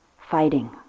fighting